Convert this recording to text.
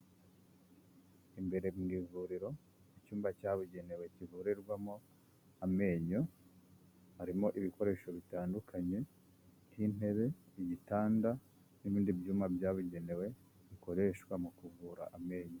Imbere mu ivuriro mu icyumba cyabugenewe kivurirwamo amenyo harimo ibikoresho bitandukanye nk'intebe, ibitanda n'ibindi byuma byabugenewe bikoreshwa mu kuvura amenyo.